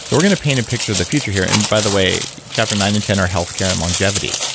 so we're going to paint a picture of the future here and by the way, chapter nine and ten are healthcare and longevity.